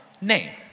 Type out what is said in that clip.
name